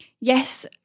yes